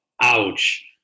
ouch